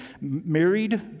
married